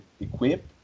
equip